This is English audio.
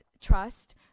trust